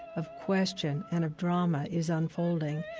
of question, and of drama is unfolding,